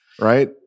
right